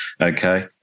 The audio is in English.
okay